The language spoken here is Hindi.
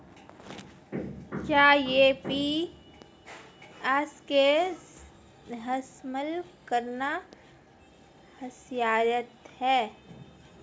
क्या यू.पी.आई का इस्तेमाल करना सुरक्षित है?